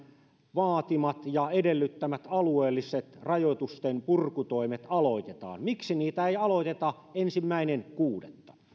vaatimat ja edellyttämät alueelliset rajoitusten purkutoimet aloitetaan miksi niitä ei aloiteta ensimmäinen kuudetta